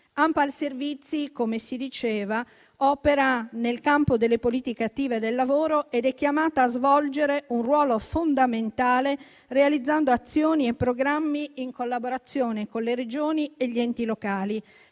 ANPAL Servizi, come si diceva, opera nel campo delle politiche attive del lavoro ed è chiamata a svolgere un ruolo fondamentale realizzando azioni e programmi in collaborazione con le Regioni e gli enti locali